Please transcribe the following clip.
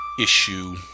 issue